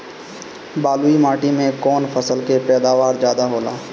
बालुई माटी में कौन फसल के पैदावार ज्यादा होला?